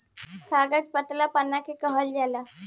कागज पतला पन्ना के कहल जाला